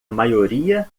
maioria